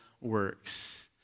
works